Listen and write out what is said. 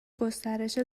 گسترش